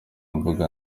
mvuga